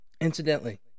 Incidentally